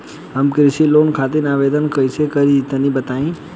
हम कृषि लोन खातिर आवेदन कइसे करि तनि बताई?